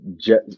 jet